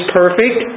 perfect